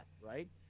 right